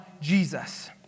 Jesus